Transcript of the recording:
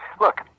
Look